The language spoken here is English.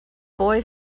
boy